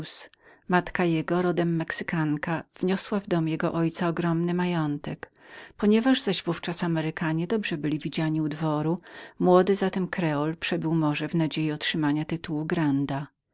matka jego rodem mexykanka wniosła w dom jego ojca ogromny majątek ponieważ zaś w ówczas amerykanie dobrze byli widziani u dworu młody zatem kreol przebył morze w nadziei otrzymania tytułu granda